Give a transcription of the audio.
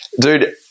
Dude